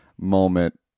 moment